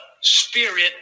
spirit